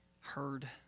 heard